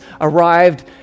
arrived